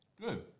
Good